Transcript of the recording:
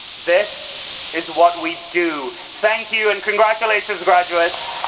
this is what we do. thank you and congratulations graduates!